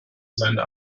seine